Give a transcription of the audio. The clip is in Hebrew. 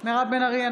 מירב בן ארי,